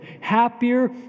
happier